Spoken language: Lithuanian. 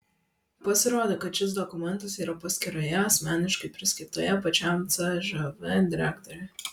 pasirodė kad šis dokumentas yra paskyroje asmeniškai priskirtoje pačiam cžv direktoriui